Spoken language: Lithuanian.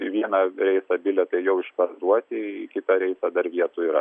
į vieną reisą bilietai jau išparduoti į kitą reisą dar vietų yra